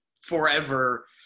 forever